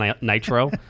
nitro